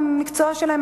גם המקצוע שלהם,